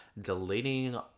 deleting